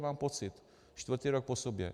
Mám pocit, čtvrtý rok po sobě.